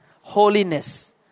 holiness